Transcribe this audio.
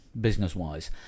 business-wise